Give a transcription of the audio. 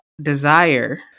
desire